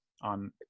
on